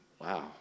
Wow